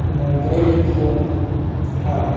mobile phone हा